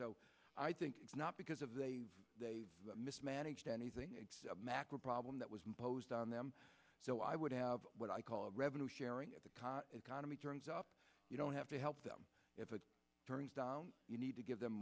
i think not because of they mismanaged anything macro problem that was imposed on them so i would have what i call revenue sharing of the con economy turns up you don't have to help them if it turns down you need to give them